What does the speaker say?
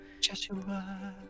Joshua